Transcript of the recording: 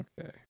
Okay